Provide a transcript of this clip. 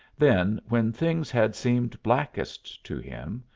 then, when things had seemed blackest to him,